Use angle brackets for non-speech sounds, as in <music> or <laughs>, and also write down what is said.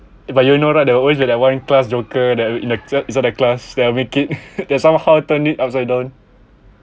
but you know right they will always have that one class joker that in is on the class they'll make it <laughs> they somehow turn it upside down